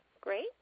Great